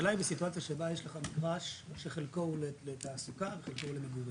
בסיטואציה שבה יש לך מגרש שחלקו לתעסוקה וחלקו הוא למגורים?